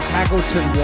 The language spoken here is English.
Haggleton